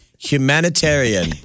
Humanitarian